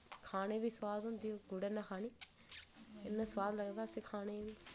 खाने बी स्वाद होंदी ओह् गुड़ै नै खानी बड़ा स्वाद लगदा उस्सी खाने गी